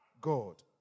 God